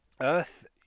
Earth